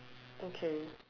okay